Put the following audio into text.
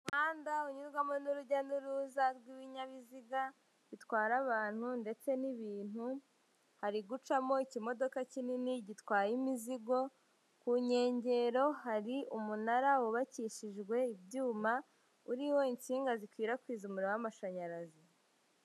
Umuhanda unyurwamo n'urujya n'uruza rw'ibinyabiziga bitwara abantu ndetse n'ibintu, hari gucamo ikimodoka kinini gitwaye imizigo, ku nkengero hari umunara wubakishijwe ibyuma, uriho inshinga zikwirakwiza umuriro w'amashanyarazi.